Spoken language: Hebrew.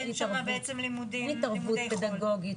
אין שם בעצם לימודי חול.